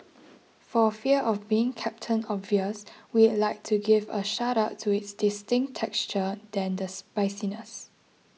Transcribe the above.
for fear of being Captain Obvious we'd like to give a shout out to its distinct texture than the spiciness